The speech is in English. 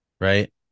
right